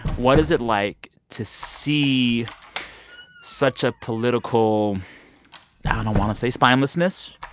what is it like to see such a political i don't want to say spinelessness.